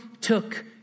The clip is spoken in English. took